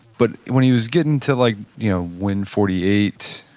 but when he was getting to like you know win forty eight,